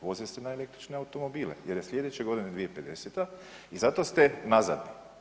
Voze se na električne automobile jer je slijedeća godina 2050. i zato ste nazadni.